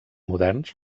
moderns